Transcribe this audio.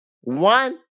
one